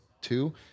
two